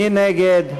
מי נגד?